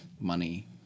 money